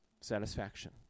satisfaction